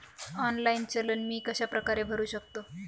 Online challan मी कशाप्रकारे भरु शकतो?